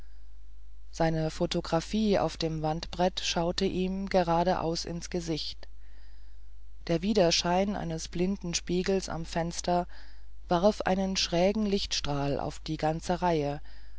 seine photographie auf dem wandbrett schaute ihm geradeaus ins gesicht der widerschein eines blinden spiegels am fenster warf einen schrägen lichtstrahl auf die ganze reihe